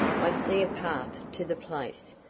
i see a path to the place.